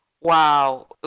wow